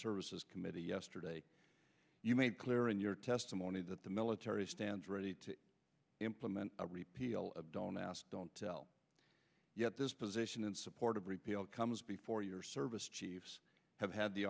services committee yesterday you made clear in your testimony that the military stands ready to implement a repeal of don't ask don't tell yet this position in support of repeal comes before your service chiefs have had the